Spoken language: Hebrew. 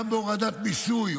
גם בהורדת מיסוי,